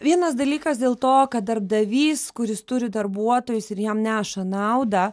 vienas dalykas dėl to kad darbdavys kuris turi darbuotojus ir jam neša naudą